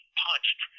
punched